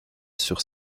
sur